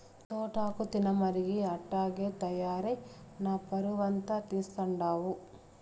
తోటాకు తినమరిగి అట్టాగే తయారై నా పరువంతా తీస్తండావు